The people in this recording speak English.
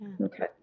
Okay